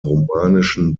romanischen